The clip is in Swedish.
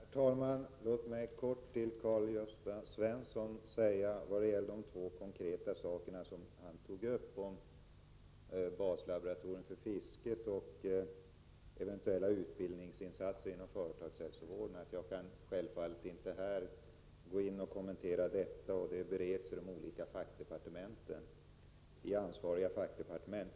Herr talman! Låt mig säga följande till Karl-Gösta Svenson vad gäller de två konkreta frågor som han tog upp om baslaboratorium för fisket och om eventuella utbildningsinsatser inom företagshälsovården. Jag kan självfallet inte här kommentera dessa frågor, eftersom de bereds inom ansvariga fackdepartement.